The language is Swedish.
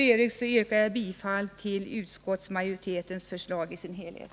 Jag yrkar bifall till utskottsmajoritetens förslag i dess helhet.